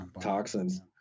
toxins